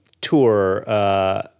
tour